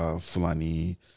Fulani